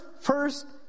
first